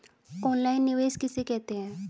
Online निवेश किसे कहते हैं?